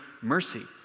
mercy